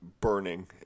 burning